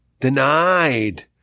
denied